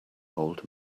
old